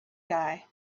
guy